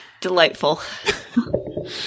delightful